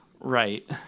Right